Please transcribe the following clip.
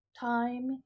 time